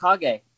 Kage